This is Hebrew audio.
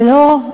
ולא,